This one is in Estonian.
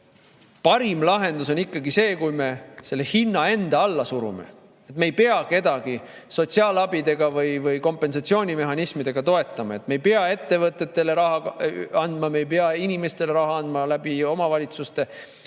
Parim lahendus on ikkagi see, kui me selle hinna alla surume. Me ei pea siis kedagi sotsiaalabi või kompensatsioonimehhanismiga toetama, me ei pea ettevõtetele raha andma, me ei pea inimestele raha andma omavalitsuste